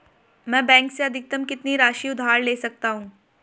मैं बैंक से अधिकतम कितनी राशि उधार ले सकता हूँ?